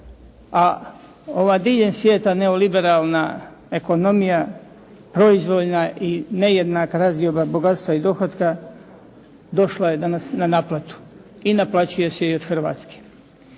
a ova diljem svijeta neoliberalna ekonomija proizvoljna i nejednaka razdioba bogatstva i dohotka došla je danas na naplatu i naplaćuje se i od Hrvatske.